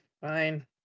Fine